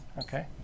Okay